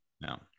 no